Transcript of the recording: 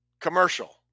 Commercial